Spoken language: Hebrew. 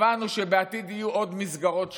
קבענו שבעתיד יהיו עוד מסגרות שחורות,